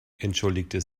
entschuldigte